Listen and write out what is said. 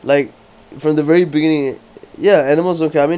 like from the very beginning ya animals okay I mean